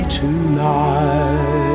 tonight